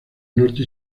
norte